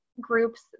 groups